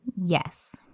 Yes